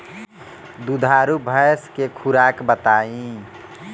दुधारू भैंस के खुराक बताई?